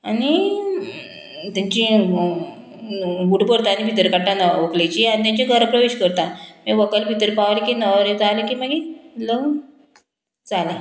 आनी तेंची उंट भरता आनी भितर काडटा व्हंकलेची आनी तेंची घर प्रवेश करता मागीर व्हंकल भितर पावली की नवे जाले की मागीर लग्न जालें